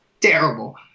Terrible